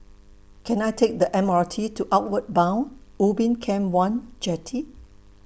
Can I Take The M R T to Outward Bound Ubin Camp one Jetty